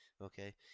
Okay